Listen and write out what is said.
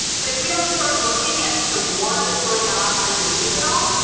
but if we don't start looking at the war that's going on underneath it all,